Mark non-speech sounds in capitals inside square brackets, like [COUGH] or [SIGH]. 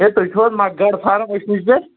ہے تُہۍ چھُو حظ مہ گاڈٕ فارم [UNINTELLIGIBLE] پٮ۪ٹھ